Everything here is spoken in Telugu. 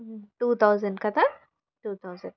టూ థౌజండ్ కదా టూ థౌజండ్